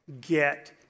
get